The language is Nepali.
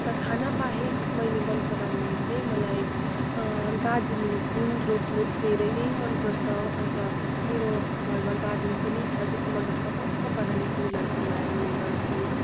अन्त खानाबाहेक मैले मन पराउने चाहिँ मलाई गार्डनिङ फुल रोप्नु धेरै नै मन पर्छ अन्त मेरो घरमा गार्डन पनि छ त्यसमा म ढकमक्क पाराले फुलहरू फुलाउने गर्छु